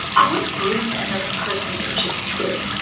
i want to bring another person into this room.